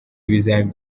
ibizamini